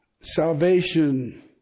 salvation